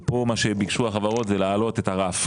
כאן ביקשו החברות זה להעלות את הרף.